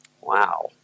Wow